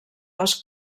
les